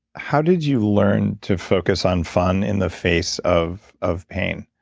how did you learn to focus on fun in the face of of pain?